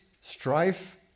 strife